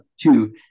two